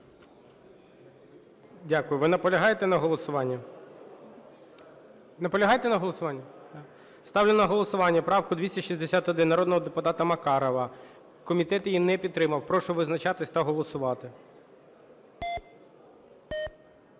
Дякую. Ви наполягаєте на голосуванні? Наполягаєте на голосуванні? Ставлю на голосування правку 261 народного депутата Макарова. Комітет її не підтримав, прошу визначатись та голосувати.